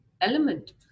element